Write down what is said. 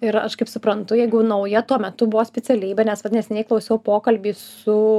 ir aš kaip suprantu jeigu nauja tuo metu buvo specialybė nes va neseniai klausiau pokalbį su